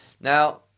Now